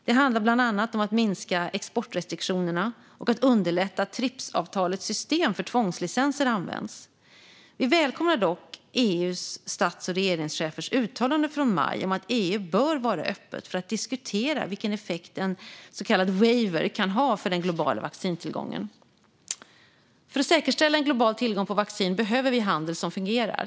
Det handlar bland annat om att minska exportrestriktionerna och att underlätta att Tripsavtalets system för tvångslicenser används. Vi välkomnar dock EU:s stats och regeringschefers uttalande från maj om att EU bör vara öppet för att diskutera vilken effekt en så kallad waiver kan ha för den globala vaccintillgången. För att säkerställa en global tillgång på vaccin behöver vi handel som fungerar.